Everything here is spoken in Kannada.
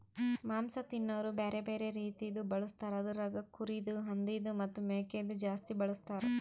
ಮಾಂಸ ತಿನೋರು ಬ್ಯಾರೆ ಬ್ಯಾರೆ ರೀತಿದು ಬಳಸ್ತಾರ್ ಅದುರಾಗ್ ಕುರಿದು, ಹಂದಿದು ಮತ್ತ್ ಮೇಕೆದು ಜಾಸ್ತಿ ಬಳಸ್ತಾರ್